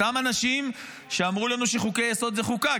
אותם אנשים שאמרו לנו שחוקי-יסוד זה חוקה.